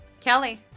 Kelly